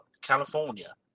California